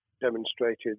demonstrated